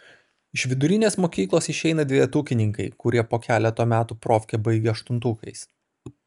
iš vidurinės mokyklos išeina dvejetukininkai kurie po keleto metų profkę baigia aštuntukais